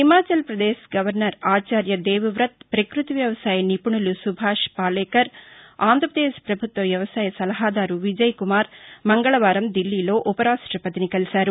Himachal Pradesh governor ఆచార్య దేవ్ పత్ పక్బతి వ్యవసాయ నిపుణులు సుభాష్ పాలేకర్ ఆంధ్రప్రదేశ్ ప్రభుత్వ వ్యవసాయ సలహాదారు విజయ్ కుమార్ మంగళవారం ఢిల్లీలో ఉపరాష్టపతిని కలిసారు